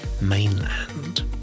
mainland